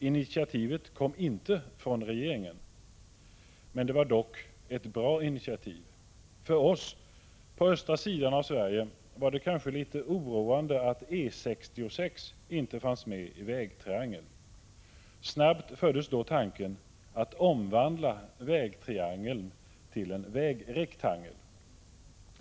Initiativet kom inte från regeringen. Det var dock ett bra initiativ. För oss på östra sidan av Sverige var det kanske litet oroande att E 66 inte fanns medi vägtriangeln. Snabbt föddes då tanken att omvandla vägtriangeln till en vägrektangel.